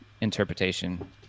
interpretation